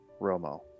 Romo